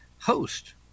host